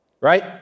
right